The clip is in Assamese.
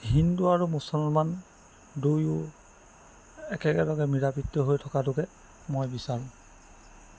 হিন্দু আৰু মুছলমান দুয়ো একেলগে মিলাপ্ৰীতি হৈ থকাটোকে মই বিচাৰোঁ